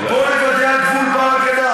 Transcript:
בואו נדבר על גבול בר-הגנה,